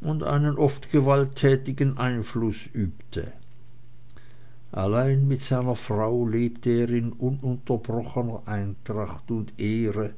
und einen oft gewalttätigen einfluß übte allein mit seiner frau lebte er in ununterbrochener eintracht und ehre